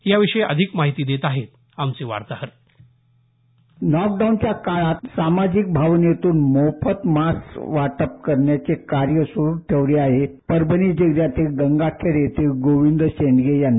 याविषयी अधिक माहिती देत आहेत आमचे वार्ताहर लॉकडाऊनच्या काळात सामाजिक भावनेतून मोफत मास्क वाटप करण्याचे कार्य सुरू ठेवले आहे परभणी जिल्ह्यातील गंगाखेड येथील गोविंद शेंडगे यांनी